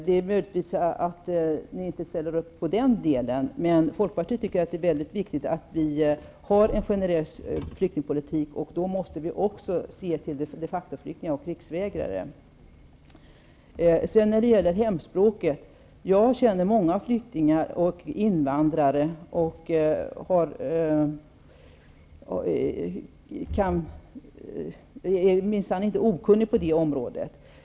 Det är möjligt att ni inte ställer upp på den delen. Men Folkpartiet tycker att det är mycket viktigt att vi har en generell flyktingpolitik. Då måste vi också se till de facto-flyktingar och krigsvägrare. Sedan har vi frågan om hemspråk. Jag känner många flyktingar och invandrare. Jag är minsann inte okunnig på det området.